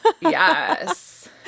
Yes